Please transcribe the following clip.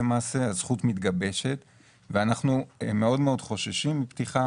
הזכות מתגבשת ואנחנו מאוד מאוד חוששים מפתיחת